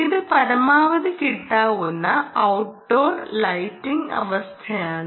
ഇത് പരമാവധി കിട്ടാവുന്ന ഔട്ട്ഡോർ ലൈറ്റിംഗ് അവസ്ഥയാണ്